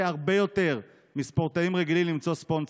הרבה יותר מלספורטאים רגילים למצוא ספונסר.